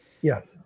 Yes